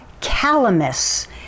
calamus